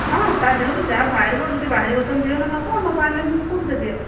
ହଁ ତାହା ଦେହରୁ ଯାହା ବାହାରିବ ଯଦି ବାହାରିବ ତ ବିହନ ନେବ ନବାହାରିଲେ ମୁଁ କେଉଁଠୁ ଦେବି ଆଉ